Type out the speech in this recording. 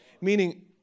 Meaning